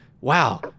wow